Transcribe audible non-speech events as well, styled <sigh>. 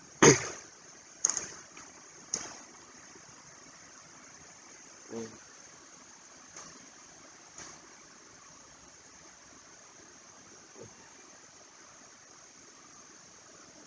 <coughs> mm